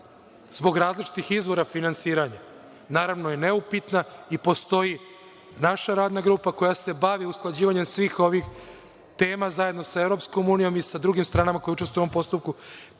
zbog različitih izvora finansiranja je neupitna i postoji naša radna grupa koja se bavi usklađivanjem svih ovih tema zajedno sa EU i sa drugim stranama koje učestvuju u ovom postupku